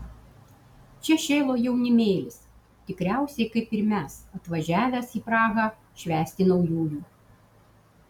čia šėlo jaunimėlis tikriausiai kaip ir mes atvažiavęs į prahą švęsti naujųjų